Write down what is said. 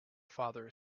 father